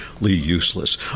useless